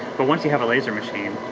but once you have a laser machine,